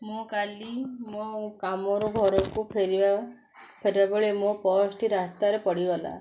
ମୁଁ କାଲି ମୋ କାମରୁ ଘରକୁ ଫେରିବା ଫେରିବା ବେଳେ ମୋ ପର୍ସଟି ରାସ୍ତାରେ ପଡ଼ିଗଲା